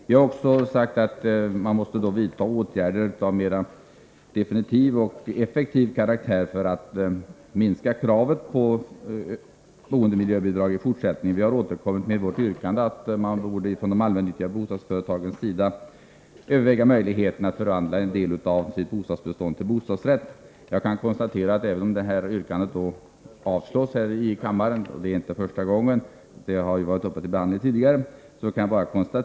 Vi har också sagt att man måste vidta åtgärder av mera definitiv och effektiv karaktär för att minska kravet på boendemiljöbidrag i fortsättningen. Vi återkommer med vårt yrkande om att man från de allmännyttiga bostadsföretagens sida bör överväga möjligheten att förvandla en del av sitt bostadsbestånd till bostadsrätter. Jag kan konstatera att även det här yrkandet kommer att avslås här i kammaren. Det är inte första gången. Denna fråga har ju varit uppe till behandling tidigare.